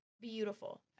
Beautiful